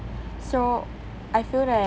so I feel that